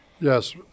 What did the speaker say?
Yes